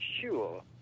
sure